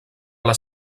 les